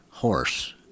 horse